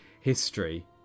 history